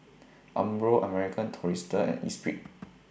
Umbro American Tourister and Esprit